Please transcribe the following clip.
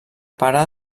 pare